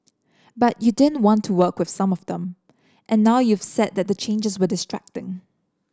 but you didn't want to work with some of them and now you've said that the changes were distracting